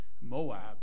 Moab